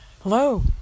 Hello